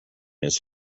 his